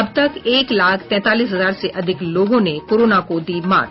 अब तक एक लाख तैंतालीस हजार से अधिक लोगों ने कोरोना को दी मात